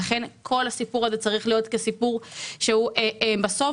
לכן כל הסיפור הזה צריך להיות כסיפור שהוא בסוף